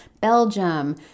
Belgium